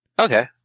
Okay